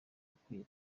ukwiye